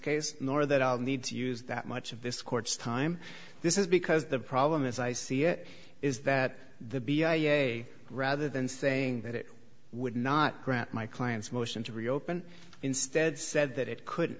case nor that i'll need to use that much of this court's time this is because the problem as i see it is that the b i a rather than saying that it would not grant my client's motion to reopen instead said that it could